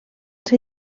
ser